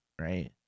right